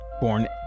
born